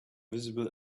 visible